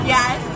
Yes